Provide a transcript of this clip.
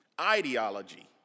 ideology